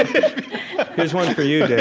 yeah, here's one for you,